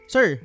Sir